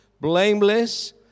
blameless